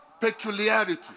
peculiarity